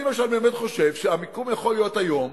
אני למשל באמת חושב שהמקום יכול להיות היום